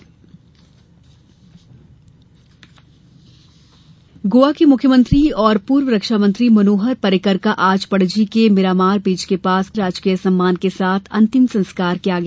पर्रिकर अंत्येष्टि गोवा के मुख्यमंत्री और पूर्व रक्षा मंत्री मनोहर पर्रिकर का आज पणजी के मिरामार बीच के पास पूरे राजकीय सम्मान के साथ अंतिम संस्कार किया गया